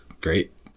great